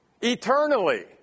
eternally